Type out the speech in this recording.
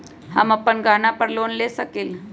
हम अपन गहना पर लोन ले सकील?